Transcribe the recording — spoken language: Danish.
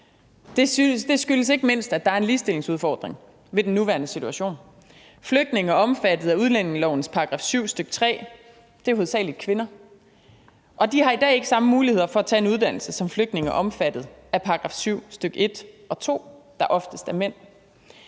Det skyldes ikke mindst, at der er en ligestillingsudfordring ved den nuværende situation. Flygtninge omfattet af udlændingelovens § 7, stk. 3, er hovedsagelig kvinder, og de har i dag ikke samme muligheder for at tage en uddannelse som flygtninge omfattet af § 7, stk. 1 og 2, der oftest er mænd.